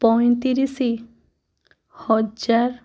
ପଞ୍ଚତିରିଶ ହଜାର